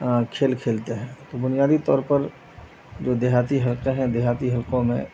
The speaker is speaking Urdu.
کھیل کھیلتے ہیں تو بنیادی طور پر جو دیہاتی حلقے ہیں دیہاتی حلقوں میں